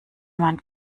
man